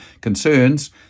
concerns